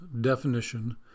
definition